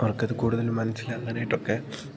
ആൾക്കാർ കൂടുതലും മനസ്സിലാക്കാനായിട്ടൊക്കെ